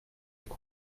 été